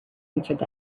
answered